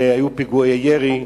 והיו פיגועי ירי,